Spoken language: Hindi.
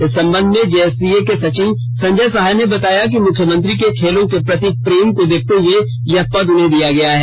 इस संबध में जेएससीए के सचिव संजय सहाय ने बताया कि मुख्यमंत्री के खेलों के प्रति प्रेम को देखते हुए यह पद दिया गया है